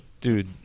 Dude